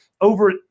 over